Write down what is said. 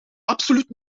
absoluut